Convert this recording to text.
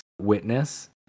witness